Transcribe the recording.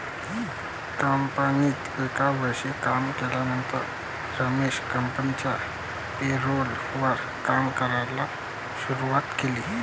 कंपनीत एक वर्ष काम केल्यानंतर रमेश कंपनिच्या पेरोल वर काम करायला शुरुवात केले